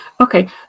Okay